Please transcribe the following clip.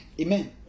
Amen